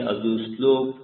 ಇದು 0